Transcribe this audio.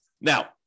Now